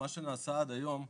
מה שנעשה עד היום,